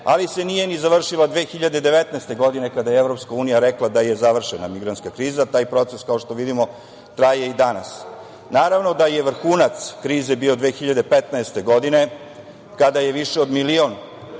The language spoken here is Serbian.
ali se nije ni završila 2019. godine, kada je EU rekla da je završena migranstka kriza. Taj proces, kao što vidimo, traje i danas. Naravno da je vrhunac krize bio 2015. godine, kada je više od milion